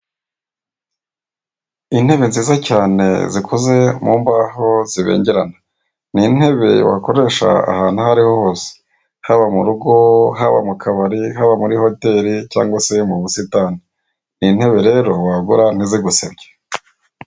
Intebe nziza cyane zikoze mu mbaho zibengerana ni intebe wakoresha ahantu aho ariho hose haba mu rugo haba mu kabari haba muri hoteri cyangawa se mu busitani ni intebe rero wagura ntizigusebye.